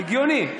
הגיוני.